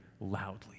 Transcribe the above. loudly